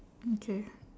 okay